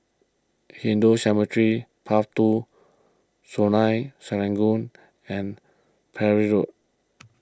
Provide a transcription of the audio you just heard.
Hindu Cemetery Path two Sungei Serangoon and Parry Road